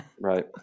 right